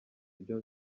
ibyo